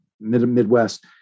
Midwest